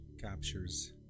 captures